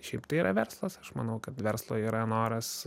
šiaip tai yra verslas aš manau kad verslo yra noras